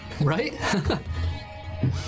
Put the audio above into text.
Right